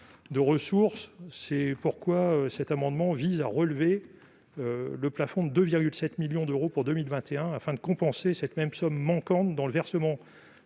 de ressources. C'est pourquoi cet amendement vise à relever le plafond de 2,7 millions d'euros pour 2021 afin de compenser cette même somme manquante dans le versement